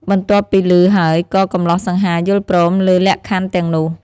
បន្ទាប់ពីឮហើយក៏កម្លោះសង្ហាយល់ព្រមលើលក្ខខណ្ឌទាំងនោះ។